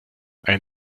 ein